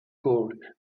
called